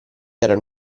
erano